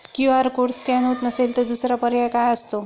QR code scan होत नसेल तर दुसरा पर्याय काय असतो?